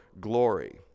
glory